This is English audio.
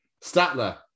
Statler